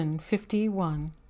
fifty-one